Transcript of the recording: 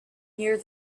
near